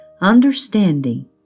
understanding